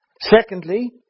Secondly